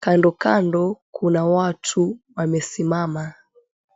Kando kando kuna watu wamesimama.